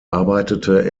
arbeitete